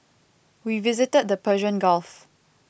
we visited the Persian Gulf